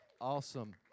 Awesome